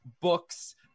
books